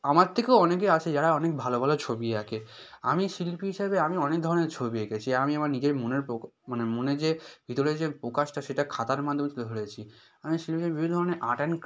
আমার থেকেও অনেকে আছে যারা অনেক ভালো ভালো ছবি আঁকে আমি শিল্পী হিসাবে আমি অনেক ধরনের ছবি এঁকেছি আমি আমার নিজের মনের মানে মনে যে ভিতরে যে প্রকাশটা সেটা খাতার মাধ্যমে তুলে ধরেছি আমি সেগুলো বিভিন্ন ধরনের আর্ট অ্যাণ্ড ক্রা